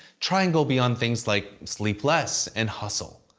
try and go beyond things like sleep less, and hustle.